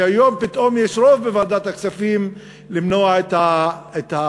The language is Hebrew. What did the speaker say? שהיום פתאום יש רוב בוועדת הכספים למנוע את המס.